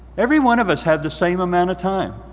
every one of us had the same amount of time,